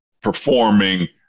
performing